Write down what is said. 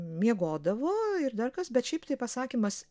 miegodavo ir dar kas bet šiaip tai pasakymas